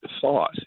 thought